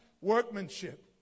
workmanship